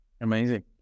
Amazing